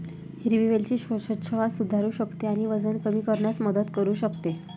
हिरवी वेलची श्वासोच्छवास सुधारू शकते आणि वजन कमी करण्यास मदत करू शकते